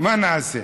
מה נעשה.